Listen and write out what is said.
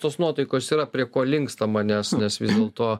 tos nuotaikos yra prie ko linkstama nes nes vis dėlto